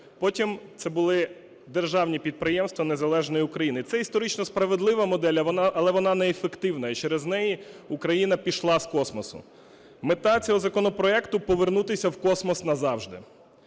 потім це були державні підприємства незалежної України. Це історично справедлива модель, але вона неефективна і через неї Україна пішла з космосу. Мета цього законопроекту – повернутися в космос назавжди.